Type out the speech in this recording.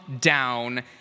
down